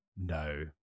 no